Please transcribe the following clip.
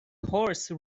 horse